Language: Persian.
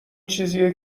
چیزیه